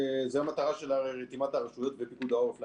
זו המטרה של רתימת הרשויות ופיקוד העורף לעניין.